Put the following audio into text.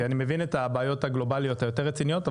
כי אני מבין את הבעיות הגלובליות היותר רציניות,